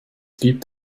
gibt